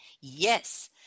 Yes